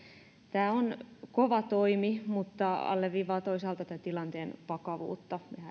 tämä on kova toimi mutta alleviivaa toisaalta tämän tilanteen vakavuutta